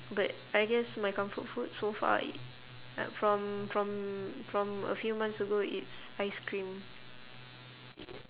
but I guess my comfort food so far i~ uh from from from a few months ago it's ice cream